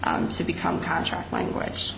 to become contract language